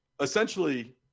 essentially